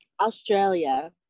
australia